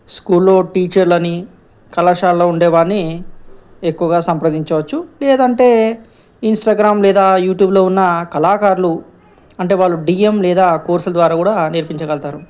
స్కూల్లో టీచర్లని కళాశాలలో ఉండేవారిని ఎక్కువగా సంప్రదించవచ్చు లేదంటే ఇన్స్టాగ్రామ్ లేదా యూట్యూబ్లో ఉన్న కళాకారులు అంటే వాళ్ళు డీ ఎం లేదా కోర్సుల ద్వారా కూడా నేర్పించగలుగుతారు